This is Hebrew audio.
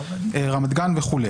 רמת גן וכו'.